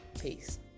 Peace